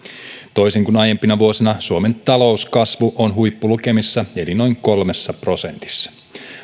toisin kuin aiempina vuosina suomen talouskasvu on huippulukemissa noin kolmessa prosentissa